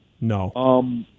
No